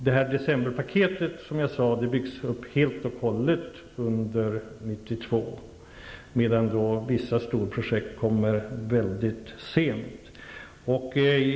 Det decemberpaket jag nämnde byggs upp helt och hållet under 1992, medan vissa storprojekt kommer mycket sent.